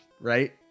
right